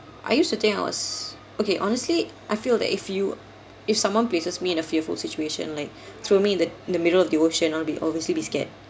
I used to think I was okay honestly I feel that if you if someone places me in a fearful situation like throw me in the in the middle of the ocean I'll be obviously be scared